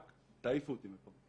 רק תעיפו אותי מפה,